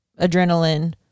adrenaline